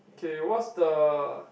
K what's the